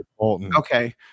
Okay